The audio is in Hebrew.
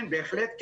כן, בהחלט כן.